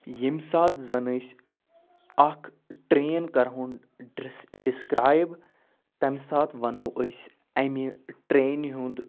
ییٚمہِ ساتہٕ زَن أسۍ اَکھ ٹرٛین کَرہون ڈِس ڈِسکرٛایب تَمہِ ساتہٕ وَنَو أسۍ اَمہِ ٹرٛینہِ ہُنٛد